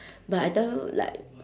but I tell you like